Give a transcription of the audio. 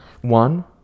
one